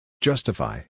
Justify